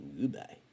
goodbye